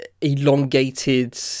elongated